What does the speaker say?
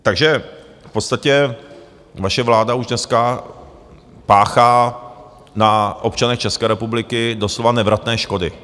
Takže v podstatě vaše vláda už dneska páchá na občanech České republiky doslova nevratné škody.